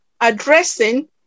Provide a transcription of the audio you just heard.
addressing